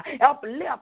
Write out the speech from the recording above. Uplift